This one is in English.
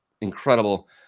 incredible